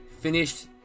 finished